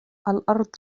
الأرض